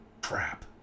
Crap